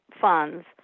funds